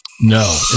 no